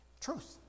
Truth